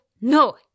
no